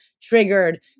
triggered